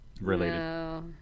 Related